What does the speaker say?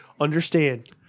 understand